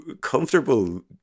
comfortable